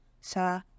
sa